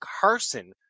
Carson